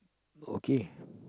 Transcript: okay